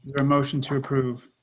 there a motion to approve.